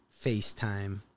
FaceTime